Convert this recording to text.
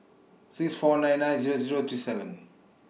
six four nine nine Zero Zero three seven